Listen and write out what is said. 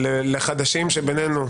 לחדשים שבינינו,